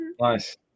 Nice